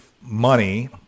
money